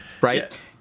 right